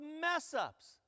mess-ups